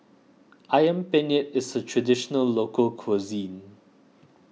Ayam Penyet is a Traditional Local Cuisine